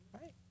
right